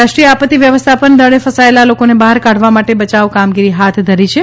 રાષ્ટ્રીય આપત્તિ વ્યવસ્થાપન દળે ફસાયેલા લોકોને બહાર કાઢવા માટે બચાવ કામગીરી હાથ ધરી છે